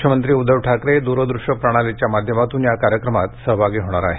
मुख्यमंत्री उद्धव ठाकरे दुरदृष्य प्रणालीच्या माध्यमातून या कार्यक्रमात सहभागी होणार आहेत